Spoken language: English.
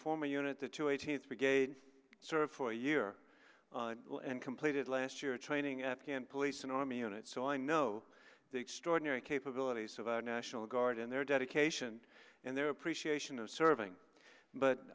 former unit the two eighteenth's for gade sort of four year and completed last year training afghan police and army units so i know the extraordinary capabilities of our national guard and their dedication and their appreciation of serving but